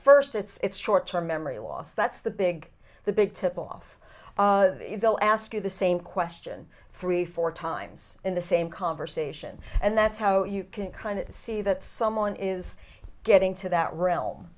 first it's short term memory loss that's the big the big tip off ask you the same question three four times in the same conversation and that's how you can kind of see that someone is getting to that realm